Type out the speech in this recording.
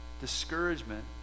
discouragement